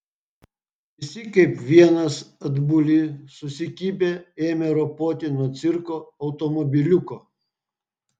visi kaip vienas atbuli susikibę ėmė ropoti nuo cirko automobiliuko